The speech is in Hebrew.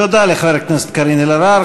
תודה לחברת הכנסת קארין אלהרר.